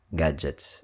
gadgets